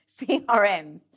CRMs